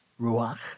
ruach